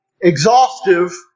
exhaustive